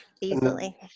easily